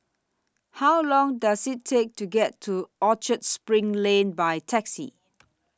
How Long Does IT Take to get to Orchard SPRING Lane By Taxi